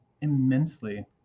immensely